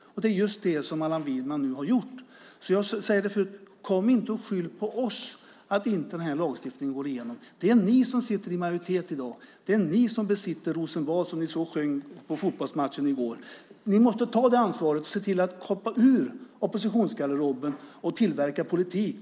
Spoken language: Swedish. Och det är just det som Allan Widman nu har gjort. Jag säger som förut: Kom inte och skyll på oss för att lagstiftningen inte går igenom! Det är ni som sitter i majoritet i dag. Det är ni som besitter Rosenbad, som ni sjöng på fotbollsmatchen i går. Ni måste ta det ansvaret, se till att hoppa ur oppositionsgarderoben och tillverka politik.